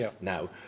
Now